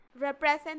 represent